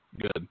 Good